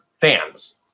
fans